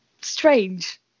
strange